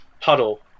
puddle